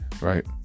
right